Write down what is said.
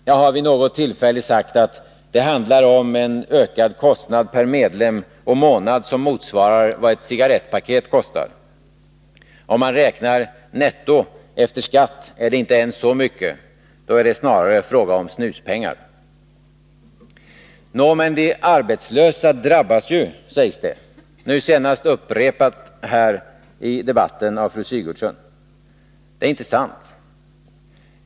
Jag har vid något tillfälle sagt att det handlar om en ökad kostnad per medlem och månad som motsvarar vad ett cigarettpaket kostar. Om man räknar netto efter skatt är det inte ens så mycket — då är det snarare fråga om snuspengar. Nå, men de arbetslösa drabbas ju, sägs det, nu senast upprepat här i debatten av fru Sigurdsen. Det är inte sant.